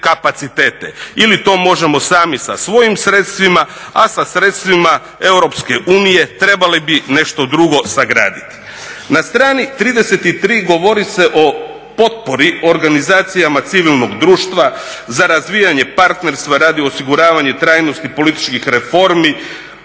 ili to možemo sami sa svojim sredstvima, a sa sredstvima EU trebali bi nešto drugo sagraditi. Na strani 33. govori se o potpori organizacijama civilnog društva za razvijanje partnerstva radi osiguravanja trajnosti političkih reformi